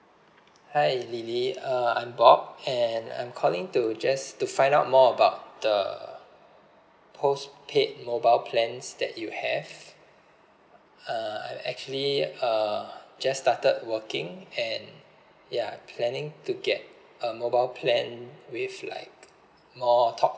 hi lily uh I'm bob and I'm calling to just to find out more about the postpaid mobile plans that you have uh actually uh just started working and ya planning to get a mobile plan with like more talk